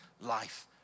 life